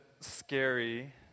scary